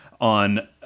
on